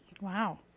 Wow